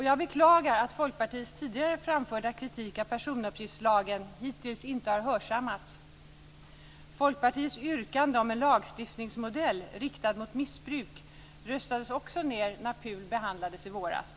Jag beklagar att Folkpartiets tidigare framförda kritik av personuppgiftslagen hittills inte har hörsammats. Folkpartiets yrkande om en lagstiftningsmodell riktad mot missbruk röstades också ned när PUL behandlades i våras.